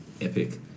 epic